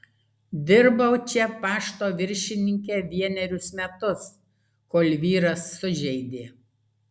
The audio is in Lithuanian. dirbau čia pašto viršininke vienerius metus kol vyras sužeidė